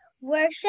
Worship